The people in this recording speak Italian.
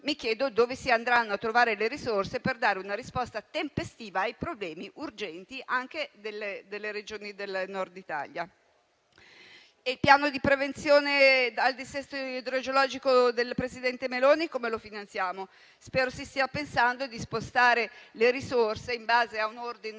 mi chiedo dove si andranno a trovare le risorse per dare una risposta tempestiva ai problemi urgenti delle Regioni del Nord Italia. Il Piano nazionale per la mitigazione del rischio idrogeologico del presidente Meloni come lo finanziamo? Spero si stia pensando di spostare le risorse in base a un ordine